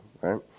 Right